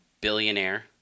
billionaire